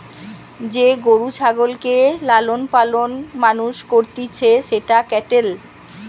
যে গরু ছাগলকে লালন পালন মানুষ করতিছে সেটা ক্যাটেল